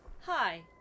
Hi